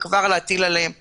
ולהטיל עליהם הוצאות.